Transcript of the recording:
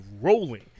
rolling